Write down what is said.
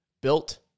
built